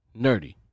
nerdy